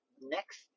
next